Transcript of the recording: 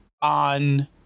On